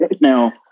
Now